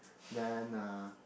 then uh